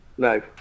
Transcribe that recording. No